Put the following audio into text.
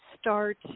start